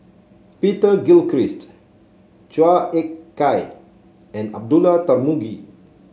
Peter Gilchrist Chua Ek Kay and Abdullah Tarmugi